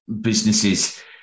businesses